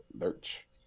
Lurch